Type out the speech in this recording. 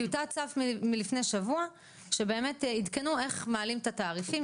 טיוטת צו מלפני שבוע שבאמת עדכנו איך מעלים את התעריפים.